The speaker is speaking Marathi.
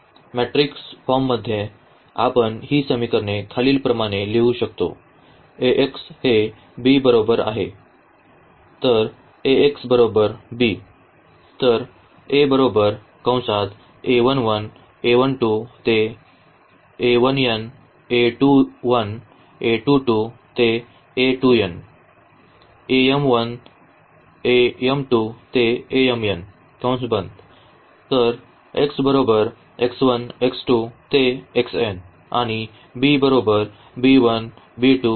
मॅट्रिक्स फॉर्ममध्ये आपण ही समीकरणे खालीलप्रमाणे लिहू शकतो हे b बरोबर आहे